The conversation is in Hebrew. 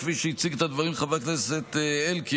וכפי שהציג את הדברים חבר הכנסת אלקין,